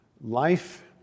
life